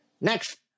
Next